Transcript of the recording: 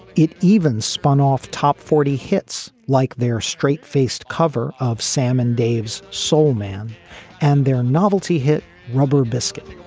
it even spun off top forty hits like their straight faced cover of sam and dave's soul man and their novelty hit rubber biscuit